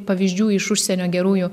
pavyzdžių iš užsienio gerųjų